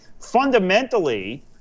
fundamentally